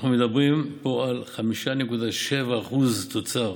אנחנו מדברים פה על 5.7% תוצר,